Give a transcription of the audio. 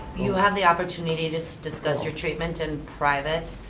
you have the opportunity to so discuss your treatment in private,